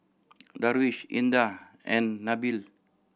Darwish Indah and Nabil